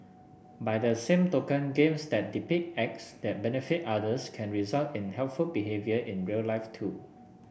by the same token games that depict acts that benefit others can result in helpful behaviour in real life too